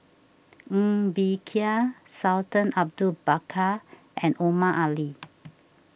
Ng Bee Kia Sultan Abu Bakar and Omar Ali